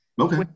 okay